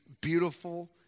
beautiful